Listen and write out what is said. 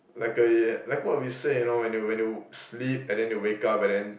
like eh like what we say you know when you when you sleep and then you wake up and then